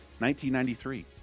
1993